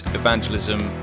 evangelism